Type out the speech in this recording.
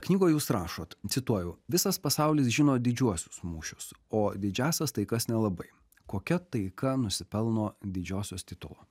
knygoj jūs rašot cituoju visas pasaulis žino didžiuosius mūšius o didžiąsias taikas nelabai kokia taika nusipelno didžiosios titulo